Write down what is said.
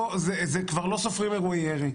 כבר לא סופרים אירועי ירי,